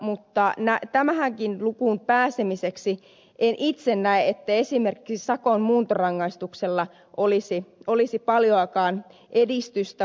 mutta tähänkin lukuun pääsemiseksi en itse näe että esimerkiksi sakon muuntorangaistuksella olisi paljoakaan edistystä